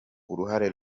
uruhare